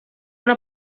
una